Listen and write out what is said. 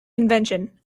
convention